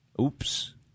Oops